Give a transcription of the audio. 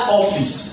office